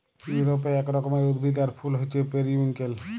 ইউরপে এক রকমের উদ্ভিদ আর ফুল হচ্যে পেরিউইঙ্কেল